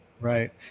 Right